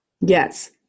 Yes